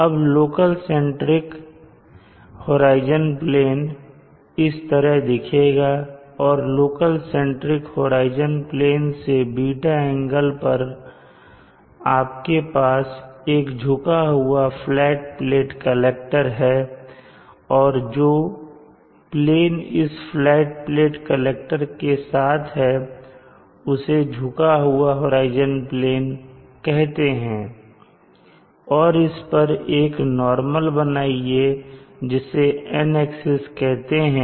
अब local centric horizon plane इस तरह दिखेगा और लोकल सेंट्रिक होराइजन प्लेन से ß एंगल पर आपके पास एक झुका हुआ फ्लैट प्लेट कलेक्टर है और जो प्लेन इस फ्लैट प्लेट कलेक्टर के साथ है उसे झुका हुआ होराइजन प्लेन कहते हैं और इस पर एक नॉर्मल बनाइए जिसे N एक्सिस कहते हैं